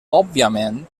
òbviament